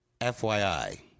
FYI